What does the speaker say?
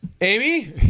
Amy